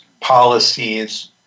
policies